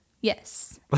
Yes